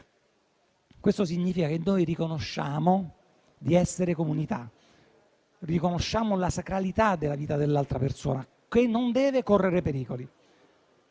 Questo significa che noi riconosciamo di essere comunità, riconosciamo la sacralità della vita dell'altra persona, che non deve correre pericoli.